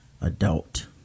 adult